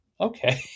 okay